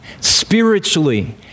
spiritually